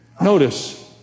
Notice